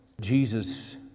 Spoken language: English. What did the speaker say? Jesus